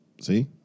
see